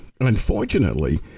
Unfortunately